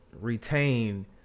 retain